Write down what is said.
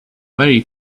very